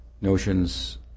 notions